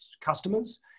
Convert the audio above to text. customers